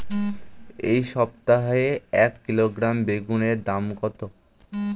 এই সপ্তাহে এক কিলোগ্রাম বেগুন এর দাম কত?